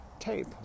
tape